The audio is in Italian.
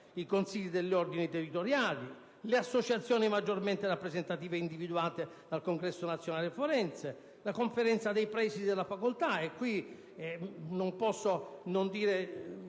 i consigli dell'ordine territoriali e le associazioni maggiormente rappresentative individuate dal Congresso nazionale forense, la Conferenza dei presidi delle facoltà